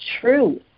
true